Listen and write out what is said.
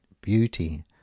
Beauty